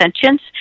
Sentience